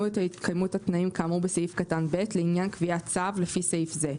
את התקיימות התנאים כאמור בסעיף קטן (ב) לעניין קביעת צו לפי סעיף זה,